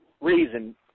reason